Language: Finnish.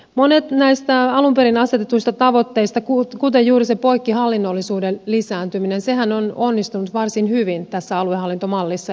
monet näistä alun perin asetetuista tavoitteista kuten juuri se poikkihallinnollisuuden lisääntyminen sehän on onnistunut varsin hyvin tässä aluehallintomallissa